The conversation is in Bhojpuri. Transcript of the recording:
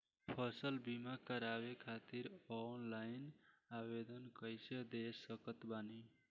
फसल बीमा करवाए खातिर ऑनलाइन आवेदन कइसे दे सकत बानी?